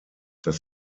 das